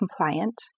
compliant